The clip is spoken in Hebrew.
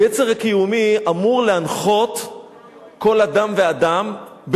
היצר הקיומי אמור להנחות כל אדם ואדם,